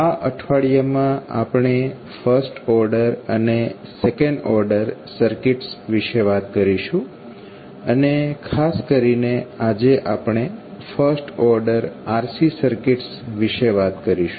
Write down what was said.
આ અઠવાડિયામાં આપણે ફર્સ્ટ ઓર્ડર અને સેકન્ડ ઓર્ડર સર્કિટસ વિશે વાત કરીશું અને ખાસ કરીને આજે આપણે ફર્સ્ટ ઓર્ડર RC સર્કિટ્સ વિશે વાત કરીશું